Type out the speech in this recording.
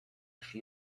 she